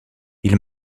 ils